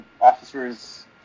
officer's